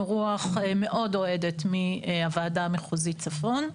רוח מאוד אוהדת מהוועדה המחוזית צפון,